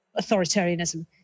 authoritarianism